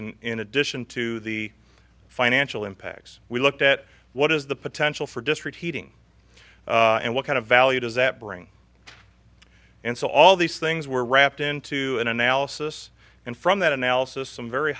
and in addition to the financial impacts we looked at what is the potential for district heating and what kind of value does that bring and so all these things were wrapped into an analysis and from that analysis some very